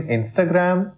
Instagram